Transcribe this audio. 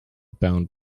bound